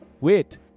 Wait